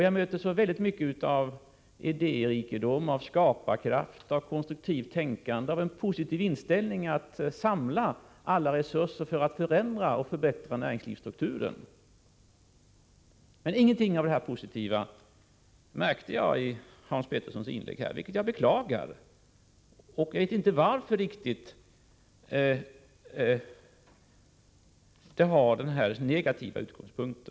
Jag möter så oerhört mycket av idérikedom, av skaparkraft, av konstruktivt tänkande och av en positiv inställning när det gäller att samla alla resurser för att förändra och förbättra näringslivsstrukturen. Men ingenting av allt det här positiva kunde jag finna i Hans Peterssons inlägg nyss, vilket jag beklagar. Jag vet inte riktigt varför han tar upp detta från en så negativ utgångspunkt.